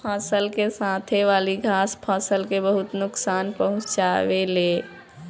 फसल के साथे वाली घास फसल के बहुत नोकसान पहुंचावे ले